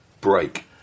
break